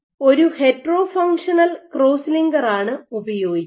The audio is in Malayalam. ഒരു ഹെറ്റെറോ ഫംഗ്ഷണൽ ക്രോസ് ലിങ്കർ ആണ് ഉപയോഗിക്കുന്നത്